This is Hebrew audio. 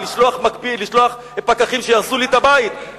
לשלוח פקחים שיהרסו לי את הבית,